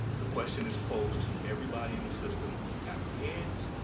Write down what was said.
the question is posed to everybody in the system who apprehends,